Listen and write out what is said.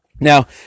Now